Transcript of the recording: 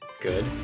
good